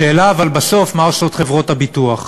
השאלה אבל, בסוף, מה עושות חברות הביטוח?